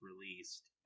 released